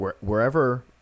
wherever